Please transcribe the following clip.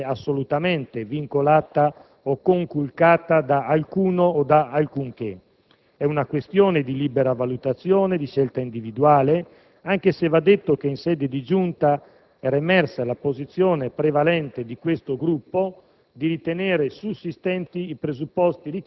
la scelta di ogni singolo senatore non può essere assolutamente vincolata o conculcata da alcuno o da alcunché: è una questione di libera valutazione, di scelta individuale, anche se va detto che in sede di Giunta era emersa la posizione prevalente di questo Gruppo